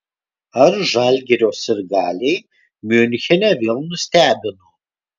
ar žalgirio sirgaliai miunchene vėl nustebino